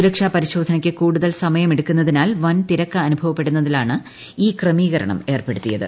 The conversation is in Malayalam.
സുരക്ഷാ പരിശോധനയ്ക്ക് കൂടുതൽ സമയമെടുക്കുന്നതിനാൽ വൻ തിരക്ക് അനുഭവപ്പെടുന്നതിനാലാണ് ഈ ക്രമീകരണം ഏർപ്പെടു ത്തിയത്